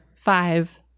five